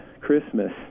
Christmas